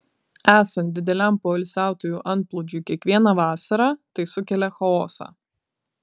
esant dideliam poilsiautojų antplūdžiui kiekvieną vasarą tai sukelia chaosą